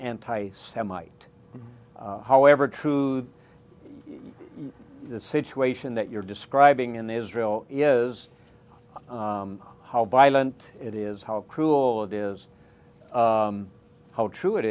anti semite however trued the situation that you're describing in israel is how violent it is how cruel it is how true it